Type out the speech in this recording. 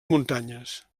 muntanyes